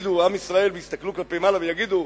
עם ישראל, יסתכלו כלפי מעלה ויגידו: